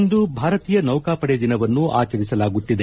ಇಂದು ಭಾರತೀಯ ನೌಕಾಪಡೆ ದಿನವನ್ನು ಆಚರಿಸಲಾಗುತ್ತಿದೆ